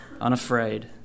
unafraid